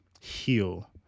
heal